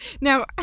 Now